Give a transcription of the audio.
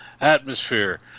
atmosphere